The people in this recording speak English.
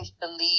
believe